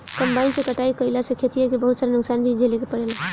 combine से कटाई कईला से खेतिहर के बहुत सारा नुकसान भी झेले के पड़ेला